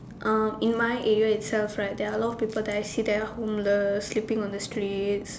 uh in my area itself right there are a lot of people that I see that are homeless sleeping on the streets